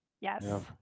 Yes